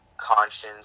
conscience